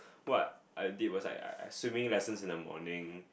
what I did was like I swimming lessons in the morning